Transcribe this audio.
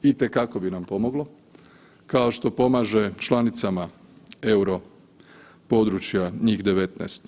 Itekako bi nam pomoglo, kao što pomaže članicama Europodručja, njih 19.